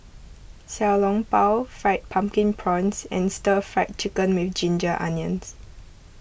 Xiao Long Bao Fried Pumpkin Prawns and Stir Fried Chicken with Ginger Onions